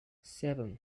seven